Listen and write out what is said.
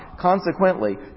Consequently